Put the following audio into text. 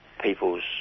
people's